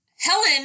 Helen